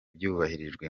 byubahirijwe